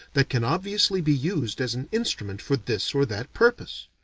that can obviously be used as an instrument for this or that purpose.